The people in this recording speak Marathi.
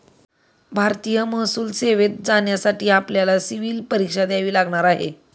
भारतीय महसूल सेवेत जाण्यासाठी आपल्याला सिव्हील परीक्षा द्यावी लागणार आहे